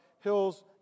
hills